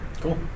Cool